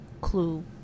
clue